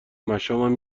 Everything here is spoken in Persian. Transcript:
مشامم